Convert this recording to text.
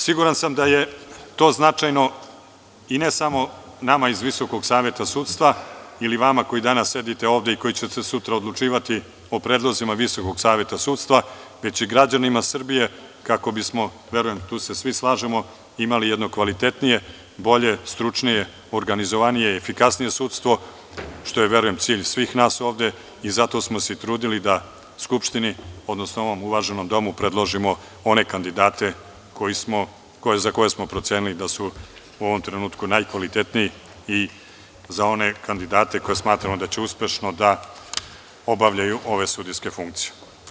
Siguran sam da je to značajno i ne samo nama iz VSS ili vama koji danas sedite ovde i koji ćete sutra odlučivati po predlozima VSS, već i građanima Srbije, kako bi smo, verujem, tu se svi slažemo, imali jedno kvalitetnije, bolje, stručnije, organizovanije i efikasnije sudstvo, što je verujem cilj svih nas ovde i zato smo se i trudili da Skupštini, odnosno ovom uvaženom domu predložimo one kandidate za koje smo procenili da su u ovom trenutku najkvalitetniji i za one kandidate koje smatramo da će uspešno da obavljaju ove sudijske funkcije.